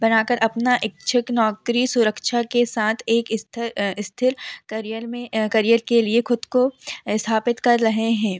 बनाकर अपना इच्छुक नौकरी सुरक्षा के साथ एक स्थर स्थिर करियर में करियर के लिए ख़ुद को स्थापित कर रहे हें